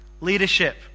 leadership